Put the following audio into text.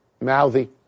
Mouthy